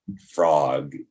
frog